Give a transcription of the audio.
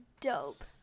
dope